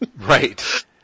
Right